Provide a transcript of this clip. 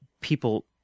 people